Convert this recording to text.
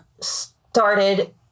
started